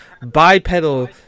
bipedal